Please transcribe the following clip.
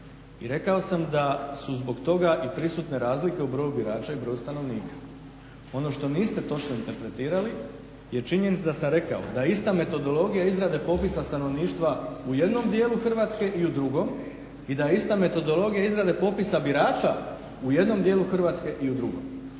I rekao sam da su zbog toga i prisutne razlike u broju birača i broju stanovnika. Ono što niste točno interpretirali je činjenica da sam rekao da ista metodologija izrade popisa stanovništva u jednom dijelu Hrvatske i u drugom i da je ista metodologija izrade popisa birača u jednom dijelu Hrvatske i u drugom.